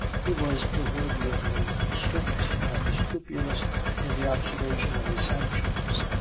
he was proverbially strict and scrupulous in the observation of its sanctions,